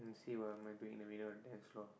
and see what am I doing in the middle of the dance floor